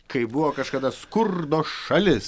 kaip buvo kažkada skurdo šalis